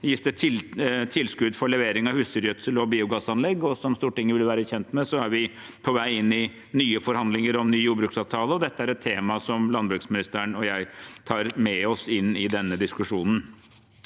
gis det tilskudd for levering av husdyrgjødsel og biogassanlegg. Som Stortinget vil være kjent med, er vi på vei inn i nye forhandlinger om ny jordbruksavtale. Dette er et tema som landbruksministeren og jeg tar med oss inn i den diskusjonen.